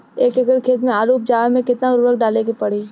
एक एकड़ खेत मे आलू उपजावे मे केतना उर्वरक डाले के पड़ी?